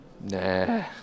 Nah